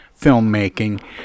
filmmaking